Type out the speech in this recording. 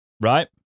right